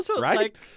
right